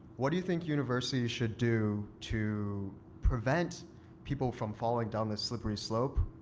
what do you think universities should do to prevent people from falling down this slippery slope,